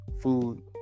food